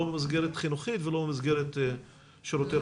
לא במסגרת חינוכית ולא במסגרת שירותי רווחה.